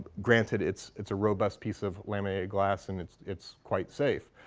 granted it's it's a robust piece of laminated glass and it's it's quite safe.